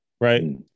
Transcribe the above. Right